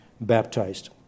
baptized